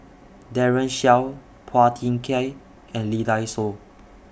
Daren Shiau Phua Thin Kiay and Lee Dai Soh